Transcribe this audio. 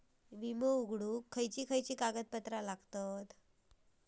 विमो उघडूक काय काय कागदपत्र लागतत?